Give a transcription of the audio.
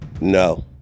No